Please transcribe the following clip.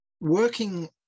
working